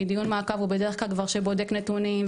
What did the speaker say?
כי דיון מעקב הוא בדרך כלל כבר יותר בודק נתונים,